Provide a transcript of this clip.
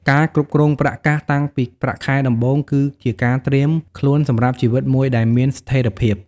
ការគ្រប់គ្រងប្រាក់កាសតាំងពីប្រាក់ខែដំបូង គឺជាការត្រៀមខ្លួនសម្រាប់ជីវិតមួយដែលមានស្ថិរភាព។